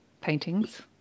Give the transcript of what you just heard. paintings